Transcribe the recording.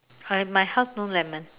sorry my house no lemon